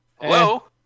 Hello